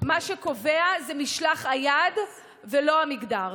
מה שקובע זה משלח היד ולא המגדר.